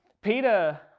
Peter